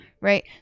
right